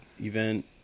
event